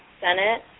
Senate